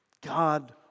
God